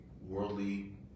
worldly